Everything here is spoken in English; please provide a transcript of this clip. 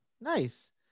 nice